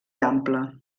ample